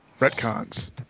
retcons